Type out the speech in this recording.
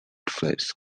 plays